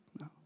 No